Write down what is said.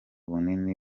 bunini